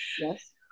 yes